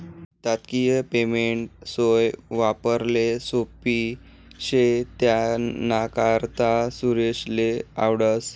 तात्काय पेमेंटनी सोय वापराले सोप्पी शे त्यानाकरता सुरेशले आवडस